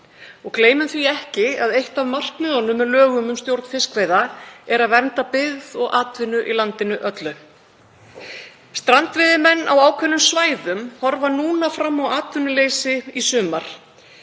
Gleymum því ekki að eitt af markmiðunum með lögum um stjórn fiskveiða er að vernda byggð og atvinnu í landinu öllu. Strandveiðimenn á ákveðnum svæðum horfa núna fram á atvinnuleysi í sumar.